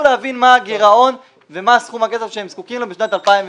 להבין מה הגירעון ומה הסכום שהם זקוקים לו בשנת 2018,